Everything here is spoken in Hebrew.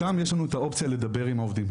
שם יש לנו את האופציה לדבר עם העובדים,